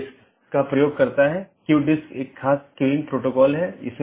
3 अधिसूचना तब होती है जब किसी त्रुटि का पता चलता है